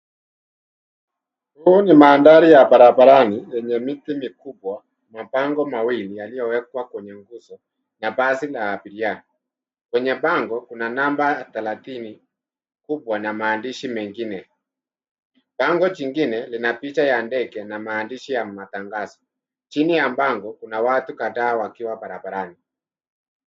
Huu ni mandhari ya barabarani yenye miti mikubwa, mabango mawili yaliyowekwa kwenye nguzo na basi la abiria. Kwenye bango kuna namba thelathini kubwa na maandishi mengine. Bango jingine lina picha ya ndege na maandishi ya matangazo. Chini ya bango kuna watu kadhaa wakiwa barabarani.